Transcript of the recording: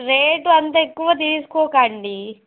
rate అంత ఎక్కువ తీసుకోకండీ